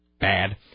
bad